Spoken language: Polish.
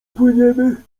płyniemy